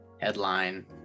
headline